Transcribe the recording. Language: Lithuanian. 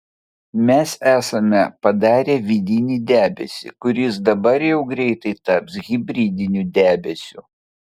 mes esame padarę vidinį debesį kuris dabar jau greitai taps hibridiniu debesiu